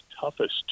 toughest